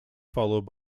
followed